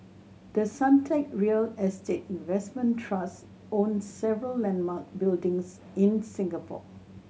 the Suntec real estate investment trust owns several landmark buildings in Singapore